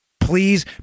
Please